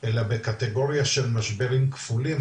אלא בקטגוריה של משברים כפולים,